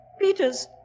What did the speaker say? Peters